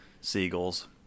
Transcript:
seagulls